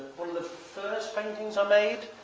one of the first paintings i made